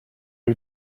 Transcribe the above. you